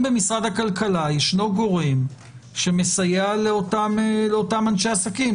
הכלכלה, גורם שמסייע לאותם אנשי עסקים?